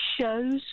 shows